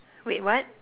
wait what